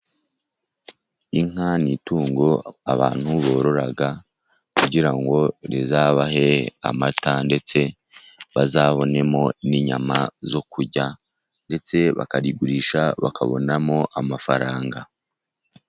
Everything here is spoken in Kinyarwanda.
Inka ni itungo abantu borora kugira ngo rizabahe amata, ndetse bazabonemo n’inyama zo kurya, ndetse bakarigurisha bakabonamo amafaranga.